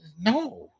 No